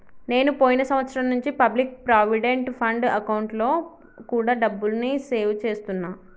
నేను పోయిన సంవత్సరం నుంచి పబ్లిక్ ప్రావిడెంట్ ఫండ్ అకౌంట్లో కూడా డబ్బుని సేవ్ చేస్తున్నా